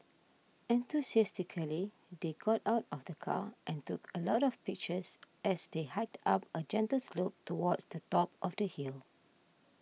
enthusiastically they got out of the car and took a lot of pictures as they hiked up a gentle slope towards the top of the hill